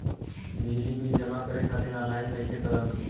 बिजली बिल जमा करे खातिर आनलाइन कइसे करम?